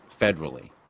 federally